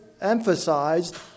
emphasized